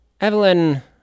Evelyn